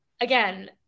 again